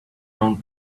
round